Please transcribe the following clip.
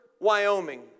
Wyoming